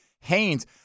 Haynes